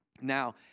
Now